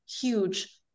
huge